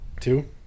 Two